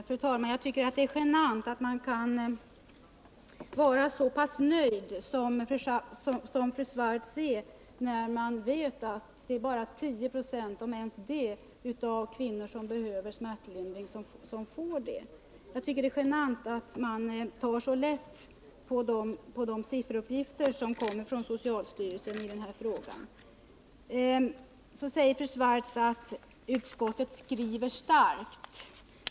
Fru talman! Jag tycker det är genant att man kan vara så nöjd som fru Swartz är när hon vet att det bara är knappt 10 96 av de kvinnor som behöver smärtlindring vid förlossning som verkligen får det. Det är genant att fru Swartz tar så lätt på de sifferuppgifter som kommer från socialstyrelsen i den här frågan. Så säger fru Swartz att utskottet skriver starkt.